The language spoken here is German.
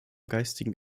geistigem